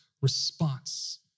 response